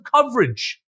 coverage